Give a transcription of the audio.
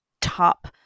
top